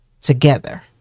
together